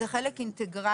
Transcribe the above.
זה חלק אינטגרלי.